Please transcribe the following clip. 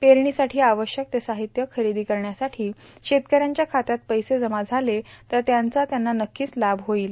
पेरणीसाठी आवश्यक ते साहित्य खरेदी करण्यासाठी शेतकऱ्यांच्या खात्यात पैसे जमा झाले तर त्याचा त्यांना नक्कीच लाभ होईल